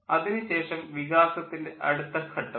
അതിനു ശേഷം വികാസത്തിൻ്റെ അടുത്ത ഘട്ടവും